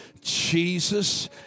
Jesus